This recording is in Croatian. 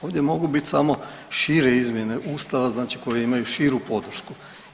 Ovdje mogu biti samo šire izmjene Ustava znači koje imaju širu podršku.